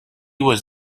was